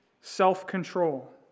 self-control